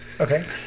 Okay